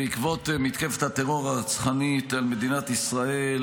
בעקבות מתקפת הטרור הרצחנית על מדינת ישראל,